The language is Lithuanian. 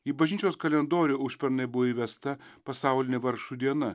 į bažnyčios kalendorių užpernai buvo įvesta pasaulinė vargšų diena